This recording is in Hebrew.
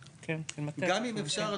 בסך הכל כתוב שאם המהנדס לא השיב לו,